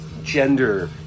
gender